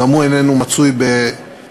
גם הוא איננו מצוי בסמכותי.